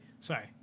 sorry